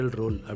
role